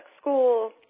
school